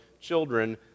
children